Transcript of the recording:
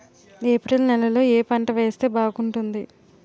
April నెలలో ఏ పంట వేస్తే బాగుంటుంది?